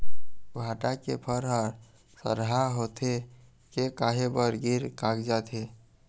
भांटा के फर हर सरहा होथे के काहे बर गिर कागजात हे?